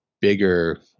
bigger